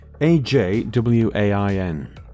A-J-W-A-I-N